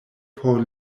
por